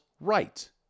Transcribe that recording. right